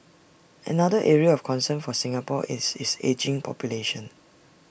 another area of concern for Singapore is its ageing population